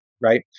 Right